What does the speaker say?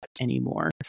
anymore